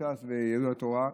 ושל יהדות התורה.